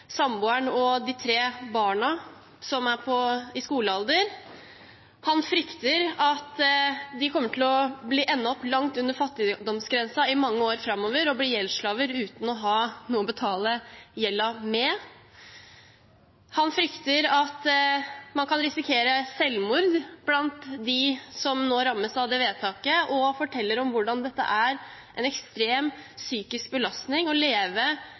samboeren og de tre barna, som er i skolealder. Han frykter at de kommer til å ende opp langt under fattigdomsgrensen i mange år framover og bli gjeldsslaver, uten å ha noe å betale gjelda med. Han frykter at man kan risikere selvmord blant dem som nå rammes av vedtaket, og forteller om hvordan dette er en ekstrem psykisk belastning å leve